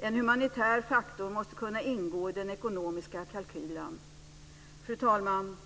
En humanitär faktor måste kunna ingå i den ekonomiska kalkylen. Fru talman!